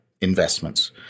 investments